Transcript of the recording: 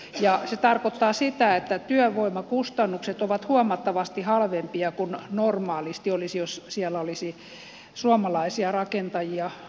ja se tarkoittaa sitä että työvoimakustannukset ovat huomattavasti halvempia kuin normaalisti olisivat jos siellä olisi suomalaisia rakentajia meidän palkkaehdoillamme